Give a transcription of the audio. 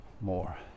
more